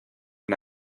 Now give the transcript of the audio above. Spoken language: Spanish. una